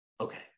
Okay